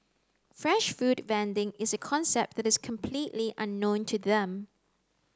fresh food vending is a concept that is completely unknown to them